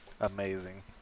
Amazing